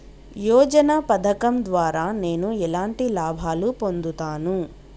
యోజన పథకం ద్వారా నేను ఎలాంటి లాభాలు పొందుతాను?